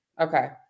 Okay